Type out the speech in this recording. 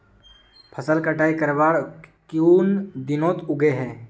फसल कटाई करवार कुन दिनोत उगैहे?